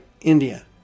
India